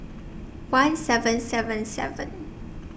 one seven seven seven